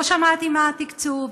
לא שמעתי מה התקצוב,